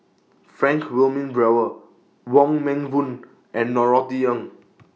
Frank Wilmin Brewer Wong Meng Voon and Norothy Ng